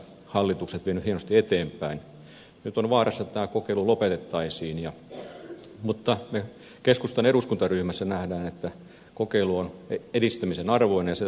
nyt on vaara että tämä kokeilu lopetettaisiin mutta me keskustan eduskuntaryhmässä näemme että kokeilu on edistämisen arvoinen ja sitä tulisi jatkaa